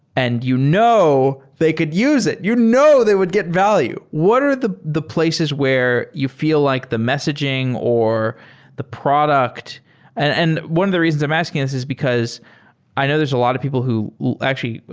and you know they could use it. you know they would get value. what are the the places where you feel like the messaging or the product and one of the reasons i'm asking this is because i know there's a lot of people who actually,